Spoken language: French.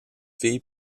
fille